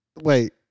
Wait